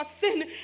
sin